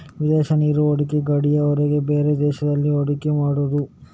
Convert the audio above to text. ವಿದೇಶಿ ನೇರ ಹೂಡಿಕೆ ಗಡಿಯ ಹೊರಗೆ ಬೇರೆ ದೇಶದಲ್ಲಿ ಹೂಡಿಕೆ ಮಾಡುದು